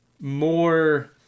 more